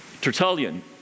Tertullian